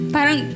Parang